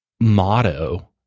motto